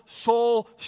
soul